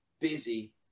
busy